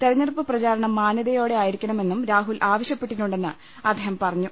തെരഞ്ഞെടുപ്പ് പ്രചാരണം മാന്യതയോടെയായിരി ക്കണമെന്നും രാഹുൽ ആവശ്യപ്പെട്ടിട്ടുണ്ടെന്ന് അദ്ദേഹം പറഞ്ഞു